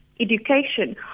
education